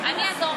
זה מה שיש.